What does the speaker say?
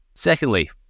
Secondly